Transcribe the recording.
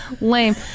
lame